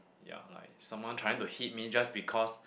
ya like someone trying to hit me just because